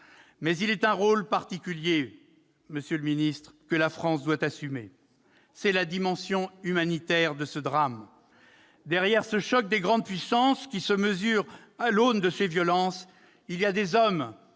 Mais il est un rôle particulier que la France doit assumer. Je pense à la dimension humanitaire de ce drame. Derrière ce choc des grandes puissances, qui se mesurent à l'aune de ces violences, il y a des hommes,